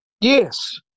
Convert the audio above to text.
Yes